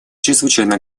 чрезвычайно